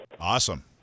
Awesome